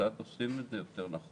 כיצד עושים את זה יותר נכון,